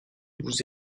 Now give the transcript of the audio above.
vous